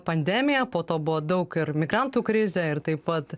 pandemija po to buvo daug ir migrantų krizė ir taip pat